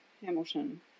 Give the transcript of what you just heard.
Hamilton